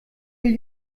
will